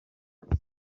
ababa